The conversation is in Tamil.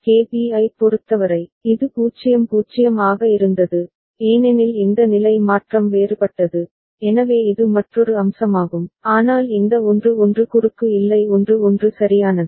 KB ஐப் பொறுத்தவரை இது 0 0 ஆக இருந்தது ஏனெனில் இந்த நிலை மாற்றம் வேறுபட்டது எனவே இது மற்றொரு அம்சமாகும் ஆனால் இந்த 1 1 குறுக்கு இல்லை 1 1 சரியானது